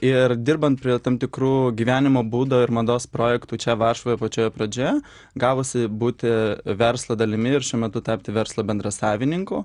ir dirbant prie tam tikrų gyvenimo būdo ir mados projektų čia varšuvoje pačioje pradžioje gavosi būti verslo dalimi ir šiuo metu tapti verslo bendrasavininku